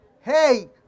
Hey